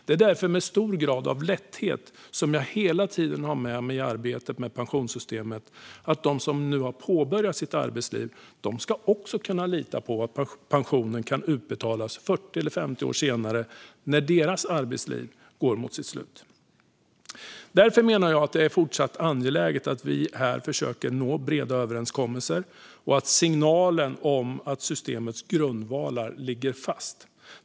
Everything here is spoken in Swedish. Det är därför med en stor grad av lätthet som jag hela tiden har med mig i arbetet med pensionssystemet att de som nu har påbörjat sitt arbetsliv ska kunna lita på att pensionen kan utbetalas 40 eller 50 år senare när deras arbetsliv går mot sitt slut. Därför menar jag att det fortfarande är angeläget att vi här försöker att nå breda överenskommelser och ger signaler om att systemets grundvalar ligger fast.